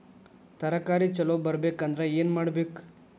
ತರಕಾರಿ ಛಲೋ ಬರ್ಬೆಕ್ ಅಂದ್ರ್ ಏನು ಮಾಡ್ಬೇಕ್?